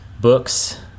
books